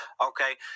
Okay